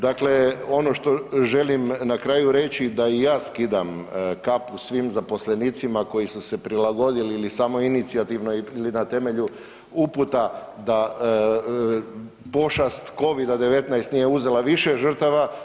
Dakle, ono što želim na kraju reći da i ja skidam kapu svim zaposlenicima koji su se prilagodili ili samoinicijativno ili na temelju uputa da pošast Covid-19 nije uzela više žrtava.